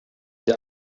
der